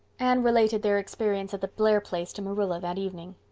anne related their experience at the blair place to marilla that evening.